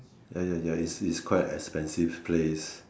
ya ya ya is is quite expensive place